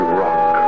rock